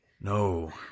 no